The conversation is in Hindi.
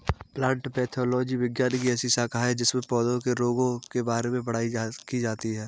प्लांट पैथोलॉजी विज्ञान की ऐसी शाखा है जिसमें पौधों के रोगों के बारे में पढ़ाई की जाती है